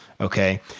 okay